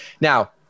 Now